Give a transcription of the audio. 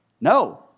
No